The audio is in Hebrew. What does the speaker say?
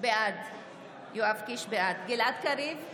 בעד גלעד קריב,